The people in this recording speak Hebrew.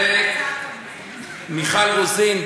ומיכל רוזין.